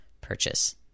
purchase